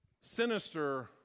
sinister